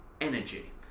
energy